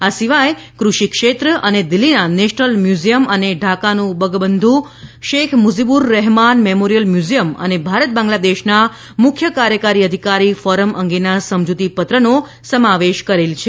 આ સિવાય કૃષિ ક્ષેત્ર અને દિલ્હીના નેશનલ મ્યુઝિયમ અને ઢાકાનાં બંગબંધુ શેખ મુજીબુર રહેમાન મેમોરિયલ મ્યુઝિયમ અને ભારત બાંગ્લાદેશના મુખ્ય કાર્યકારી અધિકારી ફોરમ અંગેના સમજૂતી પત્રનો સમાવેશ કરેલ છે